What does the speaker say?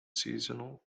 seasonal